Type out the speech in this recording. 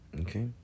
Okay